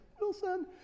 Wilson